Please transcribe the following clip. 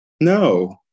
no